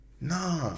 Nah